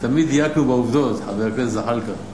תמיד דייקנו בעובדות, חבר הכנסת זחאלקה.